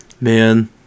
Man